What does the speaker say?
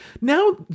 now